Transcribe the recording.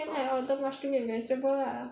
can lah order mushroom and vegetable lah